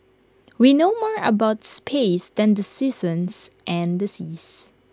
we know more about space than the seasons and the seas